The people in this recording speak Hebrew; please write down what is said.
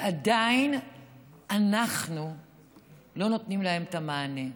עדיין אנחנו לא נותנים להם את המענה,